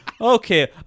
Okay